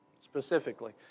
Specifically